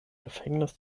gefängnis